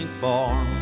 born